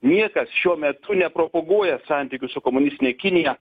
niekas šiuo metu nepropaguoja santykių su komunistine kinija